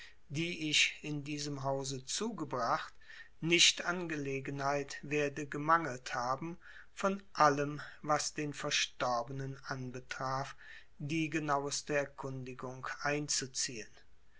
die ich in diesem hause zugebracht nicht an gelegenheit werde gemangelt haben von allem was den verstorbenen anbetraf die genaueste erkundigung einzuziehen